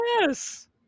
yes